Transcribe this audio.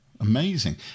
Amazing